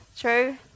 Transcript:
True